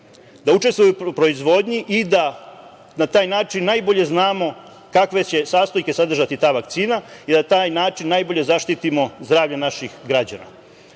da učestvuje u proizvodnji i da na taj način najbolje znamo kakve će sastojke sadržati ta vakcina i da na taj način najbolje zaštitimo zdravlje naših građana.